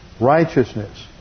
righteousness